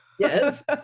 Yes